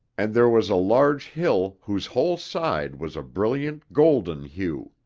and there was a large hill whose whole side was a brilliant golden hue.